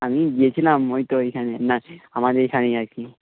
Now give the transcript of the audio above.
আমি গিয়েছিলাম ওই তো ওইখানে না আমাদের এখানেই আর কি